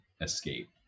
escape